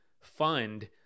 fund